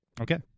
Okay